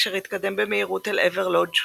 אשר התקדם במהרה אל עבר לודז',